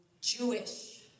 Jewish